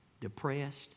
depressed